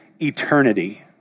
eternity